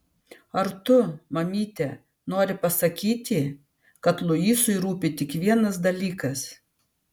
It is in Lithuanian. ar tu mamyte nori pasakyti kad luisui rūpi tik vienas dalykas